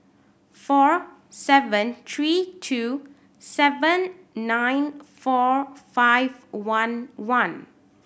four seven three two seven nine four five one one